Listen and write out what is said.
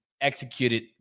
executed